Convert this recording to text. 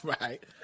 right